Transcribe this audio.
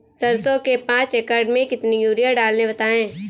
सरसो के पाँच एकड़ में कितनी यूरिया डालें बताएं?